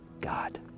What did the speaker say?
God